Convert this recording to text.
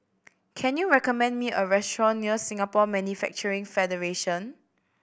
can you recommend me a restaurant near Singapore Manufacturing Federation